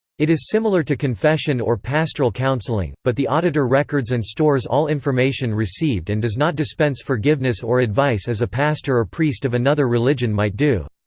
it is similar to confession or pastoral counseling, but the auditor records and stores all information received and does not dispense forgiveness or advice as a pastor or priest of another religion might do.